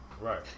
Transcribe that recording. Right